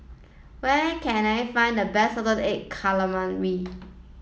where can I find the best salted egg calamari